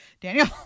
Daniel